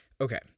Okay